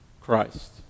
Christ